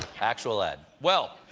actual ad. well,